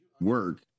work